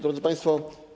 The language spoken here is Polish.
Drodzy Państwo!